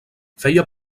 feia